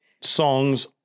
songs